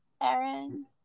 Aaron